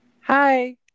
hi